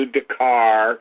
Dakar